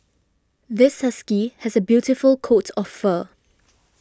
this husky has a beautiful coat of fur